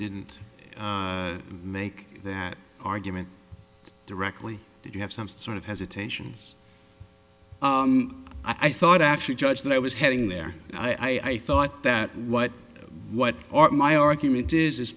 didn't make that argument directly did you have some sort of hesitations i thought actually judge that i was heading there and i thought that what what are my argument is is